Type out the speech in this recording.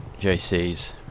JC's